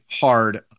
hard